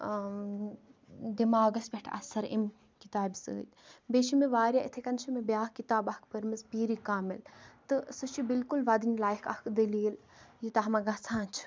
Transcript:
دِماغَس پٮ۪ٹھ اَثَر امہِ کِتابہِ سۭتۍ بیٚیہ چھِ مےٚ واریاہ یِتھےکٔنۍ چھِ مےٚ بِیاکھ کِتاب اکھ پٔرمِژ پیٖرِ کامِل تہِ سُہ چھِ بالکُل وَدٕنۍ لایَق اَکھ دٔلیٖل یہِ تَتھ منٛز گَژھان چھُ